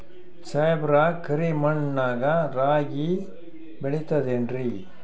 ಸಾಹೇಬ್ರ, ಕರಿ ಮಣ್ ನಾಗ ರಾಗಿ ಬೆಳಿತದೇನ್ರಿ?